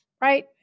Right